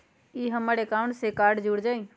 ई हमर अकाउंट से कार्ड जुर जाई?